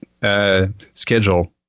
schedule